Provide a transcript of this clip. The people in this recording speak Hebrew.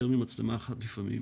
יותר ממצלמה אחת לפעמים,